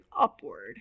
upward